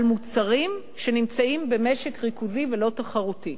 מוצרים שנמצאים במשק ריכוזי ולא תחרותי.